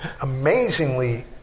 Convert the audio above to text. amazingly